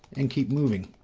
and keep moving?